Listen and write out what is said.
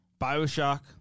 Bioshock